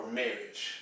marriage